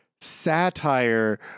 satire